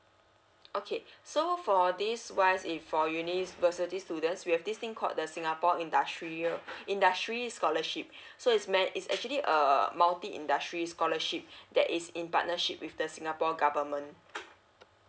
okay so for this wise if for university students we have this thing called the singapore industry industry scholarship so is is actually um multi industry scholarship that is in partnership with the singapore government